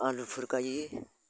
आलुफोर गायो